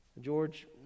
George